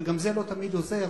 וגם זה לא תמיד עוזר,